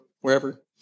wherever